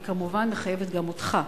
היא כמובן מחייבת גם אותך,